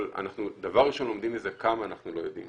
אבל דבר ראשון אנחנו לומדים מזה כמה אנחנו לא יודעים